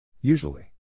Usually